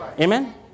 Amen